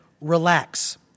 relax